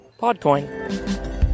PodCoin